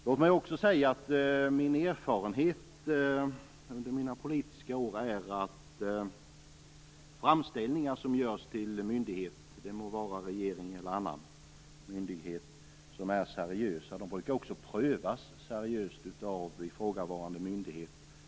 Låt mig också säga att min erfarenhet från mina år som politiker har visat att seriösa framställningar till en myndighet - regeringen eller annan myndighet - brukar också prövas seriöst av ifrågavarande myndighet.